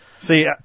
See